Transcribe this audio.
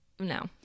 No